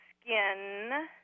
skin